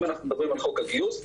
אם אנחנו מדברים על חוק הגיוס,